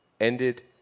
ended